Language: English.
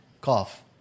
cough